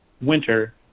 winter